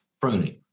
pruning